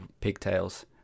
Pigtails